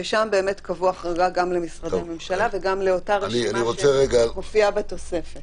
ששם באמת קבעו החרגה גם למשרדי ממשלה וגם לאותה רשימה שמופיעה בתוספת.